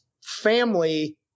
family